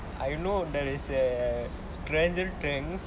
I know there is a stranger things